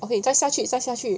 okay 你再下去再下去